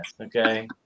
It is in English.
Okay